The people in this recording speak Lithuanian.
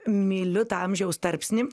myliu tą amžiaus tarpsnį